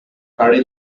curry